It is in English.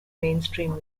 mainstream